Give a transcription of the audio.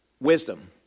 wisdom